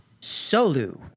Solu